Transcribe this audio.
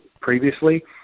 previously